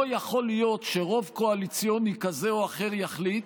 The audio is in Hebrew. לא יכול להיות שרוב קואליציוני כזה או אחר יחליט